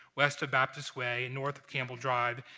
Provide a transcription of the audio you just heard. west of baptist way, and north of campbell drive,